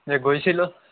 যে গৈছিলোঁ